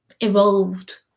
evolved